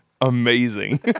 amazing